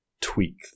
tweak